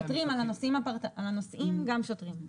על הנוסעים גם שוטרים.